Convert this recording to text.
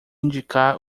indicar